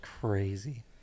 crazy